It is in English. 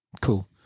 Cool